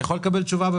אני יכול לקבל תשובה?